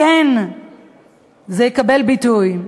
זה כן יקבל ביטוי.